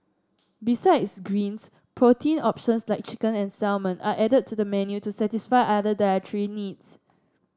besides greens protein options like chicken and salmon are added to the menu to satisfy other dietary needs